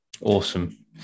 awesome